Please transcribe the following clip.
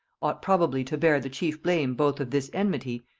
ought probably to bear the chief blame both of this enmity,